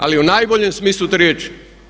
Ali u najboljem smislu te riječi.